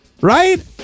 right